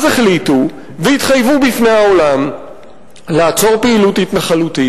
אז החליטו והתחייבו בפני העולם לעצור פעילות התנחלותית,